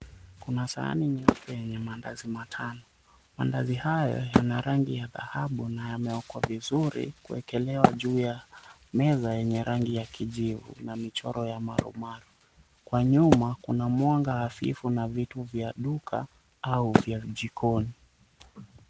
Kuna sahani nyeupe yenye mandazi matano. Mandazi hayo yana rangi ya dhahabu na yameokwa vizuri kuekelewa juu ya meza yenye rangi ya kijivu na michoro ya marumaru. Kwa nyuma kuna mwanga hafifu na vitu vya duka au vya jikoni.